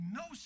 no